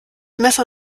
messer